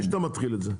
לפני שאתה מתחיל עם זה,